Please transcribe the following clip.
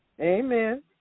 Amen